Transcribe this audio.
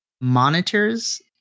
monitors